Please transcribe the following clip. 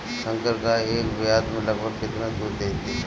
संकर गाय एक ब्यात में लगभग केतना दूध देले?